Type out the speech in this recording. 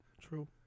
True